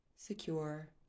secure